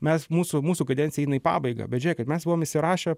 mes mūsų mūsų kadencija eina į pabaigą bet čia kad mes buvom įsirašę